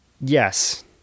yes